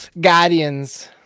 Guardians